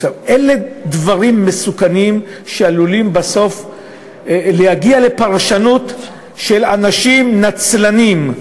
אלה דברים מסוכנים שעלולים להגיע בסוף לפרשנות של אנשים נצלנים,